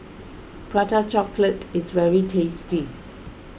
Prata Chocolate is very tasty